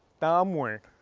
downward.